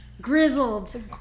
grizzled